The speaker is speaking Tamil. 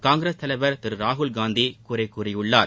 காங்கிரஸ் தலைவர் திரு ராகுல் காந்தி குறைகூறியுள்ளார்